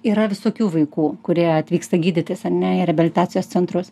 yra visokių vaikų kurie atvyksta gydytis ar ne į reabilitacijos centrus